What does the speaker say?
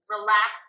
relax